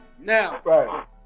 Now